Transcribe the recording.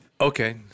Okay